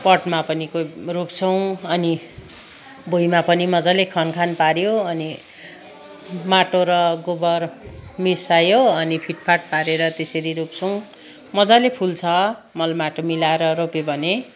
पटमा पनि कोही रोप्छौँ अनि भुइँमा पनि मजाले खनखान पार्यो अनि माटो र गोबर मिसायो अनि फिटफाट पारेर त्यसरी रोप्छौँ मजाले फुल्छ मल माटो मिलाएर रोप्यो भने